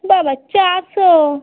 বাবা চারশো